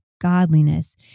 godliness